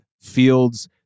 Fields